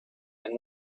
and